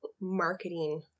marketing